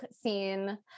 scene